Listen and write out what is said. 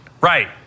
Right